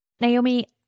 Naomi